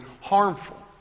harmful